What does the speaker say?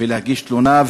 ולהגיש תלונה,